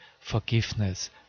forgiveness